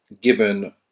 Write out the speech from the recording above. given